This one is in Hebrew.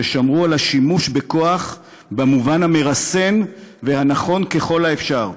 ששמרו על השימוש בכוח במובן המרסן והנכון ככל האפשר,